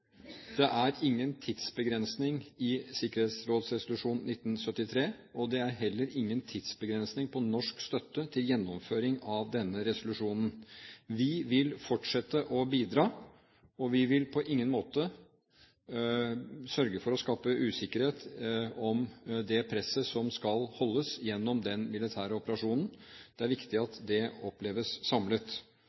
Det er ingen tidsbegrensning i sikkerhetsrådsresolusjon 1973, og det er heller ingen tidsbegrensning på norsk støtte til gjennomføring av denne resolusjonen. Vi vil fortsette med å bidra, og vi vil på ingen måte skape usikkerhet om det presset som skal holdes gjennom den militære operasjonen. Det er viktig at det oppleves samlet.